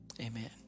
Amen